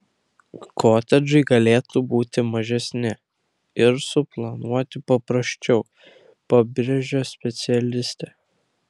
kotedžai galėtų būti mažesni ir suplanuoti paprasčiau pabrėžia specialistė